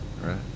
Right